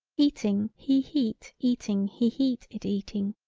eating he heat eating he heat it eating,